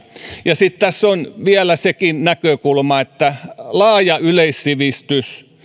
ja sitten tässä on vielä sekin näkökulma että laaja yleissivistys